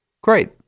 Great